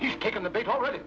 he's taken the bait already